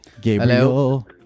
Gabriel